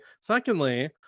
Secondly